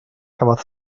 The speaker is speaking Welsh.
cafodd